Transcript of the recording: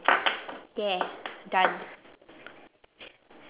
ya done